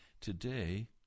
Today